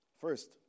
First